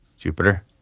Jupiter